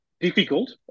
difficult